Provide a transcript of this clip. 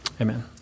Amen